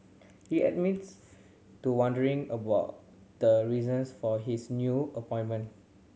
he admits to wondering about the reasons for his new appointment